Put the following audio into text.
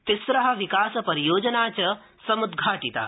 तिम्र विकास परियोजना च समुद्घाटिता